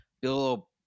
Bill